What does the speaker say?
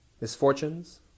Misfortunes